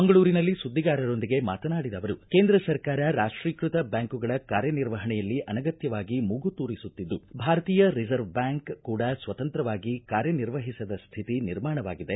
ಮಂಗಳೂರಿನಲ್ಲಿ ಸುದ್ದಿಗಾರರೊಂದಿಗೆ ಮಾತನಾಡಿದ ಅವರು ಕೇಂದ್ರ ಸರ್ಕಾರ ರಾಷ್ಟೀಕೃತ ಬ್ಯಾಂಕುಗಳ ಕಾರ್ಯನಿರ್ವಹಣೆಯಲ್ಲಿ ಅನಗತ್ಯವಾಗಿ ಮೂಗು ತೂರಿಸುತ್ತಿದ್ದು ಭಾರತೀಯ ರಿಸರ್ವ್ ಬ್ಯಾಂಕ್ ಕೂಡ ಸ್ವತಂತ್ರವಾಗಿ ಕಾರ್ಯನಿರ್ವಹಿಸದ ಸ್ಥಿತಿ ನಿರ್ಮಾಣವಾಗಿದೆ